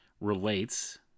relates